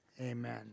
amen